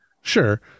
Sure